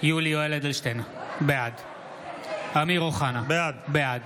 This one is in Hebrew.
יולי יואל אדלשטיין, בעד אמיר אוחנה, בעד